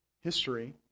History